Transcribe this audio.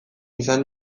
izan